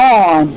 on